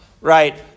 right